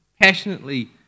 passionately